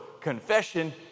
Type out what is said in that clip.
confession